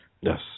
Yes